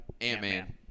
Ant-Man